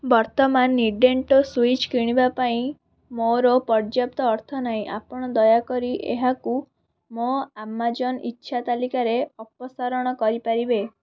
ବର୍ତ୍ତମାନ Nintendo switch କିଣିବା ପାଇଁ ମୋର ପର୍ଯ୍ୟାପ୍ତ ଅର୍ଥ ନାହିଁ ଆପଣ ଦୟାକରି ଏହାକୁ ମୋ ଆମାଜନ ଇଚ୍ଛା ତାଲିକାରେ ଅପସାରଣ କରିପାରିବେ